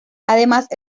además